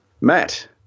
Matt